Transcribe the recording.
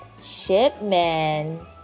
Shipman